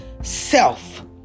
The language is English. self